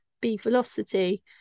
B-Velocity